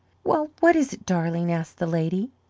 well, what is it, darling? asked the lady.